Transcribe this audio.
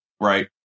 right